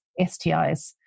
STIs